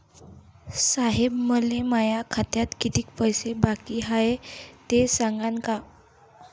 साहेब, मले माया खात्यात कितीक पैसे बाकी हाय, ते सांगान का?